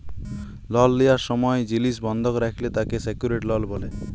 লল লিয়ার সময় জিলিস বন্ধক রাখলে তাকে সেক্যুরেড লল ব্যলে